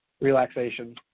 relaxation